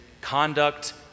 conduct